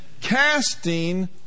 casting